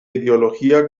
ideología